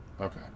Okay